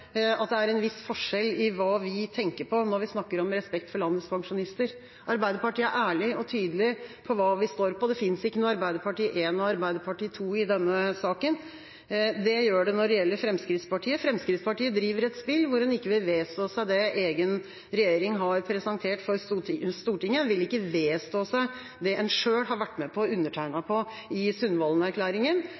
at det er en viss forskjell i hva vi tenker på når vi snakker om respekt for landets pensjonister. Arbeiderpartiet er ærlige og tydelige på hva vi står for. Det finnes ikke noe Arbeiderpartiet 1 og Arbeiderpartiet 2 i denne saken. Det gjør det når det gjelder Fremskrittspartiet. Fremskrittspartiet driver et spill hvor en ikke vil vedstå seg det som egen regjering har presentert for Stortinget. En vil ikke vedstå seg det en selv har vært med på å undertegne i